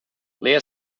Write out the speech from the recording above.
layer